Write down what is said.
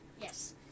Yes